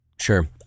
Sure